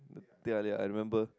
they are they are remember